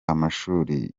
amashuri